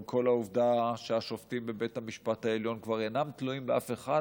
עם כל העובדה שהשופטים בבית המשפט העליון כבר אינם תלויים באף אחד,